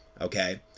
Okay